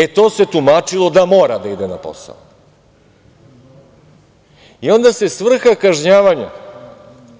E, to se tumačilo da mora da ide na posao i onda se svrha kažnjavanja